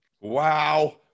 Wow